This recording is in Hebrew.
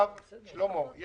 שלמה,